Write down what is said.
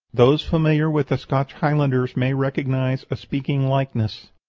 those familiar with the scotch highlanders may recognize a speaking likeness.